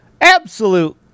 absolute